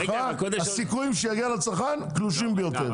הסיכויים שיגיע לצרכן קלושים ביותר.